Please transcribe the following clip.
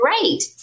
great